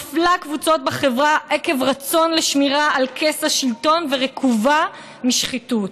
המפלה קבוצות בחברה עקב רצון לשמירה על כס השלטון ורקובה משחיתות,